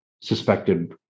suspected